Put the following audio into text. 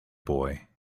boy